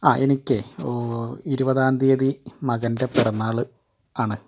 അ എനിക്കെ ഇരുപതാം തീയതി മകൻ്റെ പിറന്നാൾ ആണ്